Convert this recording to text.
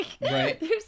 Right